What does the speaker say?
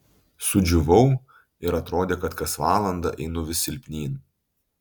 sudžiūvau ir atrodė kad kas valandą einu vis silpnyn